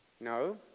No